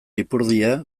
ipurdia